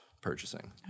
purchasing